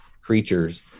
creatures